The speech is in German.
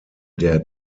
der